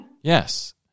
yes